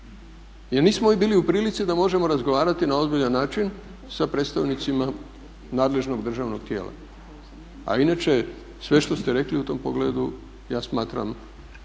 jer nismo bili u prilici da možemo razgovarati na ozbiljan način sa predstavnicima nadležnog državnog tijela. A inače sve što ste rekli u tom pogledu ja smatram